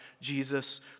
Jesus